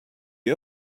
you